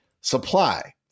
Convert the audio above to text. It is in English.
supply